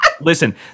Listen